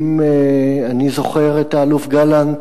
אם אני זוכר את האלוף גלנט